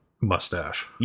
mustache